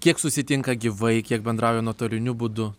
kiek susitinka gyvai kiek bendrauja nuotoliniu būdu